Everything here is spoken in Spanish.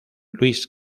luis